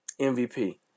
MVP